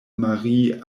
marie